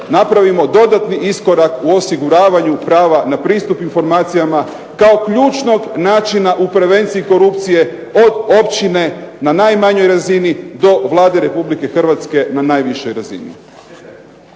napravimo dodatni iskorak u osiguravanju prava na pristup informacijama kao ključnog načina u prevenciji korupcije od općine na najmanjoj razini do Vlade Republike Hrvatske na najvišoj razini.